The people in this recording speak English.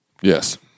Yes